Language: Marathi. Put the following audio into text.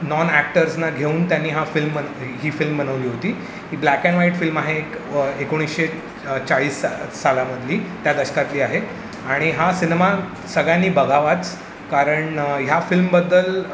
नॉन ॲक्टर्सना घेऊन त्यांनी हा फिल्म बन ही फिल्म बनवली होती ही ब्लॅक अँड व्हाईट फिल्म आहे एकोणीसशे चाळीस सा सालामधली त्या दशकातली आहे आणि हा सिनेमा सगळ्यांनी बघावाच कारण ह्या फिल्मबद्दल